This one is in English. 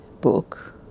book